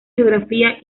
geografía